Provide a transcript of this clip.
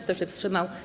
Kto się wstrzymał?